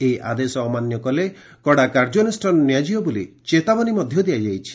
ଏହି ଆଦେଶ ଅମାନ୍ୟ କଲେ କଡ଼ା କାଯ୍ୟାନୁଷ୍ଠାନ ନିଆଯିବ ବୋଲି ଚେତାବନୀ ମଧ୍ୟ ଦିଆଯାଇଛି